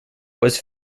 was